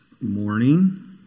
morning